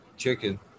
Chicken